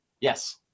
Yes